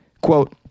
quote